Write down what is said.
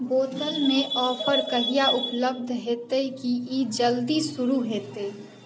बोतलमे ऑफर कहिआ उपलब्ध हेतै कि ई जल्दी शुरू हेतै